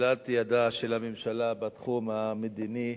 אוזלת ידה של הממשלה בתחום המדיני,